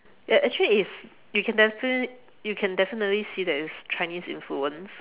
ya actually it's you can definitely you can definitely see that it's Chinese influenced